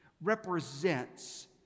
represents